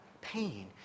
pain